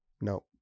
No